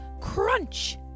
CRUNCH